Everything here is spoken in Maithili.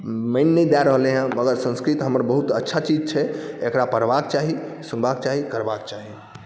मानि नहि दऽ रहल हँ मगर संस्कृत हमर बहुत अच्छा चीज छै एकरा पढ़बाके चाही सुनबाके चाही करबाके चाही